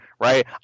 right